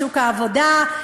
בשוק העבודה,